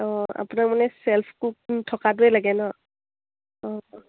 অঁ আপোনাক মানে চেল্ফ কুক থকাটোৱ লাগে ন অঁ